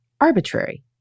arbitrary